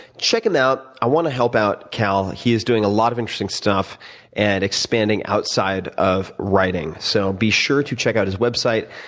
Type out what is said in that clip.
check him out. i want to help out cal. he is doing a lot of interesting stuff at expanding outside of writing. so be sure to check out his website,